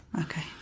Okay